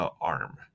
arm